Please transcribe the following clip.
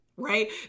Right